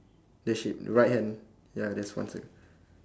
the sheep right hand ya there's one cir~